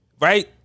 Right